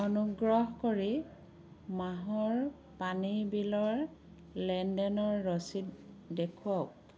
অনুগ্ৰহ কৰি মাহৰ পানী বিলৰ লেনদেনৰ ৰচিদ দেখুৱাওক